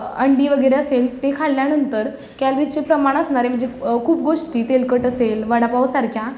अंडी वगैरे असेल ते खाल्ल्यानंतर कॅलरिजचे प्रमाण असणारे म्हणजे खूप गोष्ट ती तेलकट असेल वडापावसारख्या